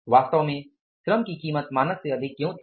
वास्तव में श्रम की कीमत मानक से अधिक क्यों थी